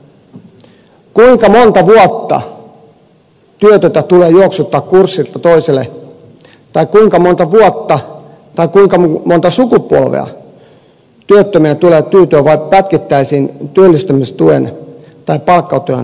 kuinka monta vuotta työtöntä tulee juoksuttaa kurssilta toiselle tai kuinka monta vuotta tai kuinka monta sukupolvea työttömien tulee tyytyä vain pätkittäisiin työllistämistuen tai palkkatyön tarjoamiin työpaikkoihin